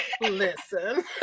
listen